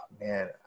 man